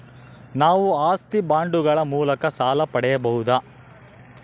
ನಾವು ಆಸ್ತಿ ಬಾಂಡುಗಳ ಮೂಲಕ ಸಾಲ ಪಡೆಯಬಹುದಾ?